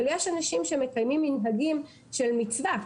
אבל יש אנשים שמקיימים מנהגים של מצווה,